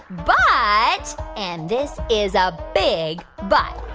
but and this is a big but.